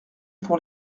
pour